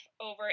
over